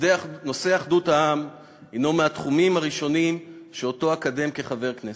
נושא אחדות העם הנו מהתחומים הראשונים שאקדם כחבר כנסת.